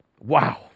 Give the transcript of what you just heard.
wow